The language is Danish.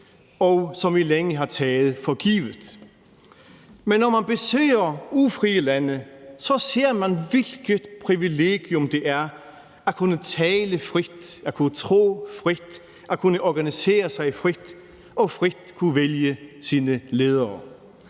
og som vi længe har taget for givet. Men når man besøger ufrie lande, ser man, hvilket privilegium det er at kunne tale frit, at kunne tro frit, at kunne organisere sig frit og frit kunne vælge sine ledere.